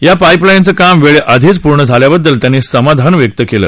या पाईपलाईनचं काम वेळेआधीच पूर्ण झाल्याबददल त्यांनी समाधान व्यक्त केलं